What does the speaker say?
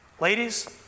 Ladies